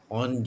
on